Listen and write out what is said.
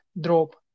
drop